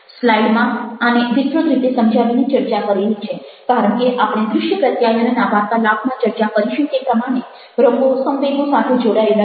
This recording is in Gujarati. સ્લાઈડમાં આને વિસ્તૃત રીતે સમજાવીને ચર્ચા કરેલી છે કારણ કે આપણે દ્રશ્ય પ્રત્યાયનના વાર્તાલાપમાં ચર્ચા કરીશું તે પ્રમાણે રંગો સંવેગો સાથે જોડાયેલા છે